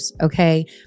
okay